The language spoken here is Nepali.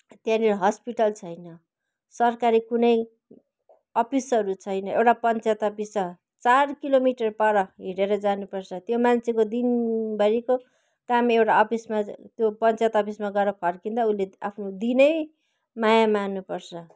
त्यहाँनिर हस्पिटल छैन सरकारी कुनै अफिसहरू छैन एउटा पञ्चायत अफिस छ चार किलोमिटर पर हिँडेर जानुपर्छ त्यो मान्छेको दिनभरिको काम एउटा अफिसमा त्यो पञ्चायत अफिसमा गएर फर्किँदा उसले आफ्नो दिनै माया मार्नुपर्छ